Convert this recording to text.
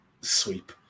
sweep